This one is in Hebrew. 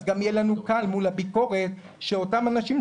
אז גם יהיה לנו קל מול הביקורת של אותם אנשים,